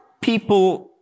people